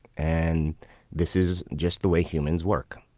and this is just the way humans work.